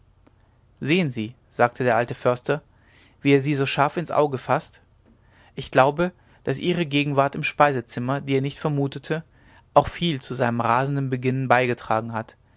sehen sie sagte der alte förster wie er sie so scharf ins auge faßt ich glaube daß ihre gegenwart im speisezimmer die er nicht vermutete auch viel zu seinem rasenden beginnen beigetragen hat